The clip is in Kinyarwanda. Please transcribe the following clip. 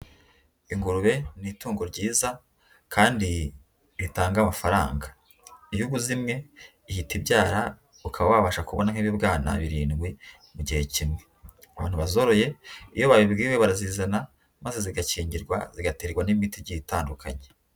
Ingurube ni itungo ryiza kandi ritanga amafaranga. Iyo uguze imwe ihita ibyara ukaba wabasha kubona nk'ibibwana birindwi mu gihe kimwe. Abantu bazoroye iyo babibwiwe barazizana maze zigakingirwa zigaterwa n'imitigi igiye itandukanye.